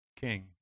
king